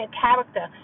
character